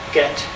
get